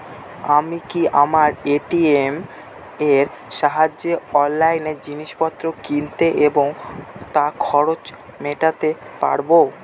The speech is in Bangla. আমি কি আমার এ.টি.এম এর সাহায্যে অনলাইন জিনিসপত্র কিনতে এবং তার খরচ মেটাতে পারব?